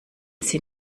sie